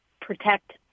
Protect